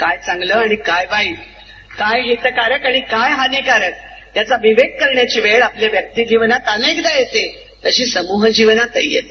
काय चांगलं आणि काय वाईट काय हितकारक आणि काय हानिकारक याचा विवेक करण्याची वेळ आपल्या व्यक्तीजीवनात अनेकदा येते तशी समृह जीवनातही येते